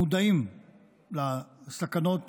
מודעים לסכנות